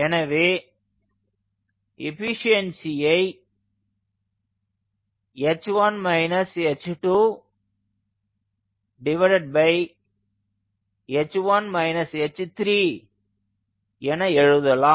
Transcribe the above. எனவே எஃபீஷியன்ஸியை என எழுதலாம்